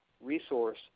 resource